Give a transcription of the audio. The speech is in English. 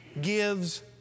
gives